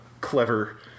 clever